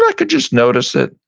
yeah could just notice it,